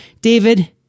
David